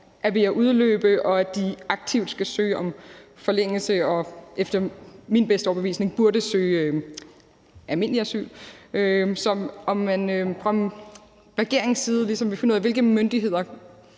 er ved at udløbe, og at de aktivt skal søge om forlængelse og efter min bedste overbevisning burde søge almindelig asyl, og om man fra regeringens side vil finde ud af, hvilke myndigheder